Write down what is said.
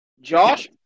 Josh